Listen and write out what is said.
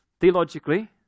theologically